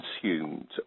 consumed